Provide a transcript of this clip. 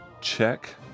check